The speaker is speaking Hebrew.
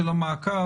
של המעקב,